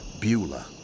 Beulah